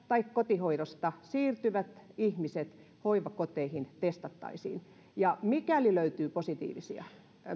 tai kotihoidosta hoivakoteihin siirtyvät ihmiset testattaisiin ja mikäli löytyy positiivisia